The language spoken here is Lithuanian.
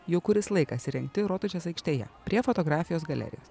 jau kuris laikas įrengti rotušės aikštėje prie fotografijos galerijos